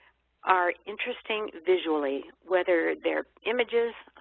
are interesting visually whether they're images,